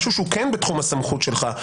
משהו שהוא כן בתחום הסמכות שלך,